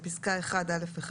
בפסקה (1)(א)(1),